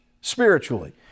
spiritually